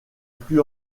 plus